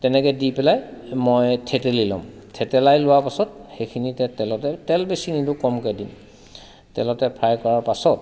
তেনেকৈ দি পেলাই মই থেতেলি লম থেতেলাই লোৱাৰ পাছত সেইখিনি তাত তেলতে তেল বেছি নিদিওঁ কমকে দিওঁ তেলতে ফ্ৰাই কৰাৰ পাছত